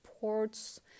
ports